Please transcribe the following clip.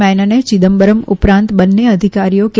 મેનને ચિદમ્બરમ ઉપરાંત બંને અધિકારીઓ કે